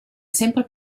sempre